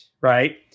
Right